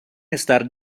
estar